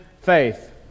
faith